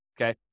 Okay